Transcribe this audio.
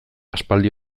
aspaldi